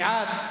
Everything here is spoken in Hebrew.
בעד,